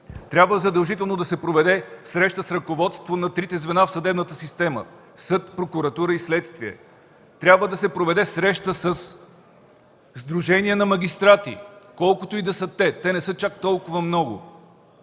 Трябва задължително да се проведе среща с ръководствата на трите звена в съдебната система – съд, прокуратура и следствие. Трябва да се проведе среща със сдруженията на магистратите, колкото и да са те. Те не са чак толкова много